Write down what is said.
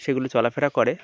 সেগুলো চলাফেরা করে